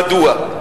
מדוע?